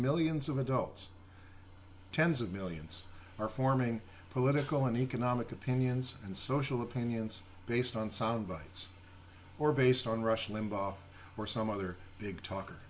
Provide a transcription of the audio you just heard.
millions of adults tens of millions are forming political and economic opinions and social opinions based on sound bites or based on rush limbaugh or some other big talker